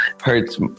hurts